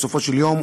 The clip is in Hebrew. בסופו של יום,